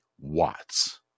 watts